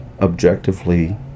objectively